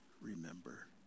remember